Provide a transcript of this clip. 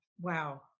Wow